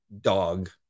dog